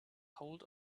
hold